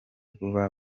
vuba